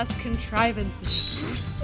contrivances